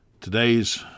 today's